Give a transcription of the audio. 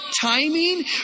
timing